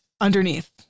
Underneath